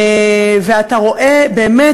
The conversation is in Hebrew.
ואתה רואה באמת,